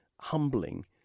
humbling